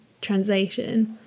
translation